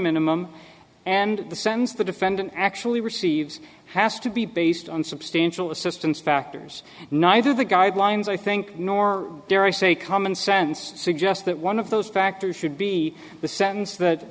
minimum and the sense the defendant actually receives has to be based on substantial assistance factors neither the guidelines i think nor dare i say common sense suggests that one of those factors should be the sentence that